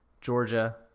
Georgia